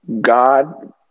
god